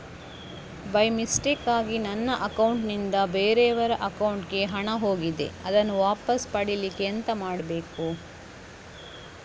By ಮಿಸ್ಟೇಕಾಗಿ ನನ್ನ account ನಿಂದ ಬೇರೆಯವರ ಅಕೌಂಟ್ ಗೆ ಹಣ ಹೋಗಿದೆ ಅದನ್ನು ವಾಪಸ್ ಪಡಿಲಿಕ್ಕೆ ಎಂತ ಮಾಡಬೇಕು?